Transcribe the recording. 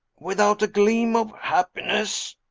without a gleam of happiness?